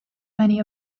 many